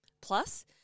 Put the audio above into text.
Plus